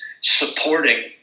supporting